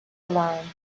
line